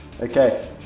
Okay